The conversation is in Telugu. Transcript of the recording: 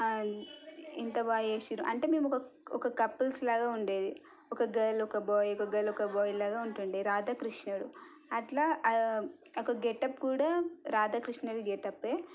అన్ని ఇంత బాగా చేసారు అంటే మేము ఒక ఒక కపుల్స్ లాగా ఉండేది ఒక గర్ల్ ఒక బాయ్ ఒక గర్ల్ ఒక బాయ్ లాగా ఉంటుండే రాధ కృష్ణుడు అట్లా ఒక గెటప్ కూడా రాధ కృష్ణది గెటపే